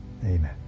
Amen